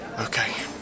Okay